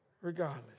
Regardless